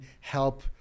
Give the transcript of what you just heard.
help